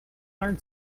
learn